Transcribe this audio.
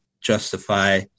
justify